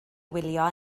wylio